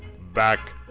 Back